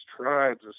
tribes